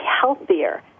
healthier